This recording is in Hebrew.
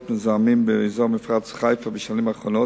מזהמים באזור מפרץ חיפה בשנים האחרונות,